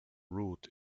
route